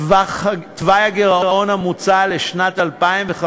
תוואי הגירעון המוצע לשנת 2015,